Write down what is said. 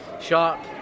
sharp